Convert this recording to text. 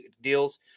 deals